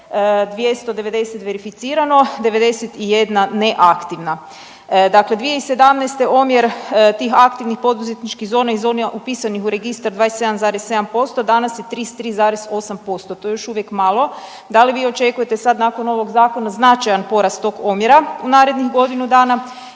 290 verificirano, 91 neaktivna. Dakle, 2017. omjer tih aktivnih poduzetničkih zona i zona upisanih u registar 27,7% danas je 33,8%. To je još uvijek malo. Da li očekujete sad nakon ovog zakona značajan porast tog omjera u narednih godinu dana